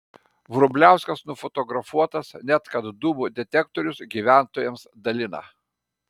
vrubliauskas nufotografuotas net kad dūmų detektorius gyventojams dalina